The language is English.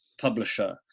publisher